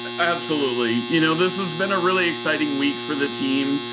absolutely. you know this has been a really exciting week for the team.